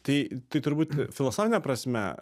tai tai turbūt filosofine prasme